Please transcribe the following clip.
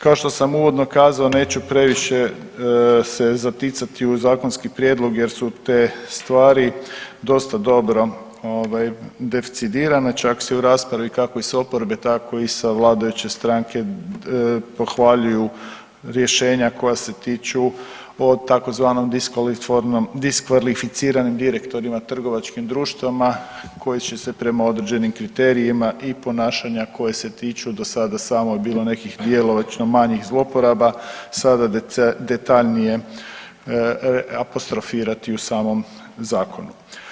Kao što sam uvodno kazao neću previše se zaticati u zakonski prijedlog jer su te stvari dosta dobro decidirane, čak se i u raspravi kako s oporbe tako i sa vladajuće stranke pohvaljuju rješenja koja se tiču o tzv. diskvalificiranim direktorima trgovačkim društvima koji će se prema određenim kriterijima i ponašanja koje se tiču do sada samo je bilo nekih djelomično manjih zloporaba, sada detaljnije apostrofirati u samom zakonu.